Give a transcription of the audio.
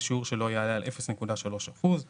בשיעור שלא יעלה על 0.3 אחוז בשנה".